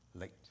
late